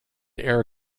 air